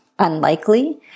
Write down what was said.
unlikely